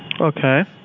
okay